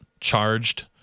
charged